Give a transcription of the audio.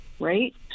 Right